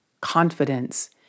confidence